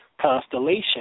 constellation